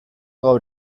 gaur